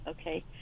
okay